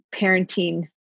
parenting